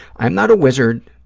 i am not a wizard,